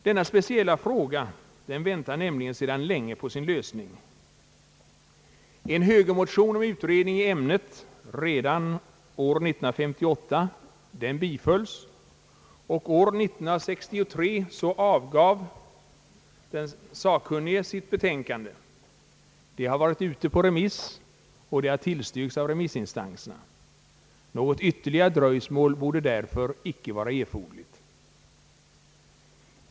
Denna speciella fråga väntar nämligen sedan länge på sin lösning. En högermotion om utredning i ämnet redan av år 1958 bifölls, och år 1963 avgav den sakkunnige sitt betänkande. Det har varit ute på remiss och tillstyrkts av remissinstanserna. Något ytterligare dröjsmål borde därför icke vara nödvändigt.